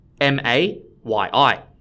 M-A-Y-I